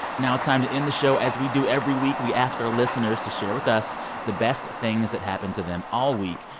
now it's time to end the show, as we do every week. we ask our listeners to share with us the best things that happened to them all week.